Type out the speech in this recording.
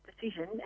decision